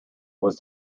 was